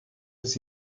des